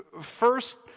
First